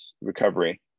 recovery